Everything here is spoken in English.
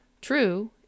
TRUE